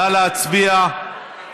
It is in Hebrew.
נא להצביע.